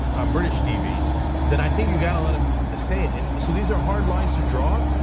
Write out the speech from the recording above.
um british tv that i think you gotta let him say it and so these are hard lines to draw,